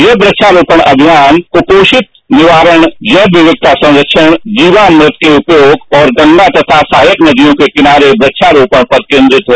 यह कूबारोपण अमियान कुपोषण निवारण जैवविविधता संस्क्षण जीवामृत के उपयोग और गंगा तथा सहायक नदियों के किनारे वृबारोपण पर केन्द्रित है